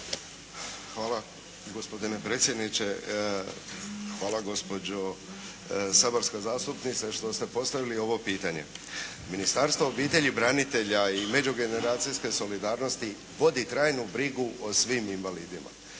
Hvala gospodine predsjedniče. Hvala gospođo saborska zastupnice što ste postavili ovo pitanje. Ministarstvo obitelji, branitelja i međugeneracijske solidarnosti vodi trajnu brigu o svim invalidima.